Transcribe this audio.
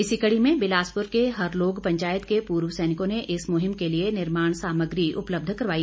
इसी कड़ी में बिलासपुर के हरलोग पंचायत के पूर्व सैनिकों ने इस मुहिम के लिए निर्माण सामग्री उपलब्ध करवाई